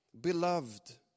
Beloved